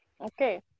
Okay